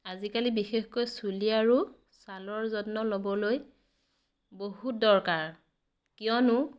আজিকালি বিশেষকৈ চুলি আৰু ছালৰ যত্ন ল'বলৈ বহুত দৰকাৰ কিয়নো